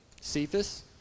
Cephas